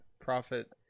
Profit